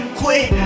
quit